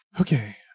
Okay